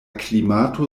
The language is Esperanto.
klimato